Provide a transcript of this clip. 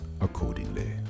accordingly